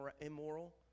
immoral